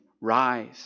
rise